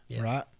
right